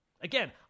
Again